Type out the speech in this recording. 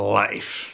life